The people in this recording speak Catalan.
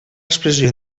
expressió